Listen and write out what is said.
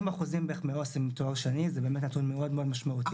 40% מעו"סים עם תואר שני זה נתון מאוד משמעותי.